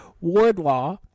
Wardlaw